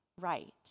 right